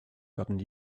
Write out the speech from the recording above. gotten